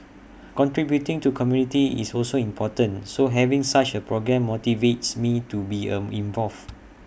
contributing to community is also important so having such A programme motivates me to be an involved